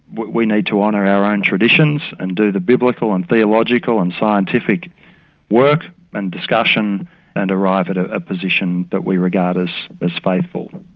we need to honour our own traditions and do the biblical and theological and scientific work and discussion and arrive at a ah position that we regard as as faithful.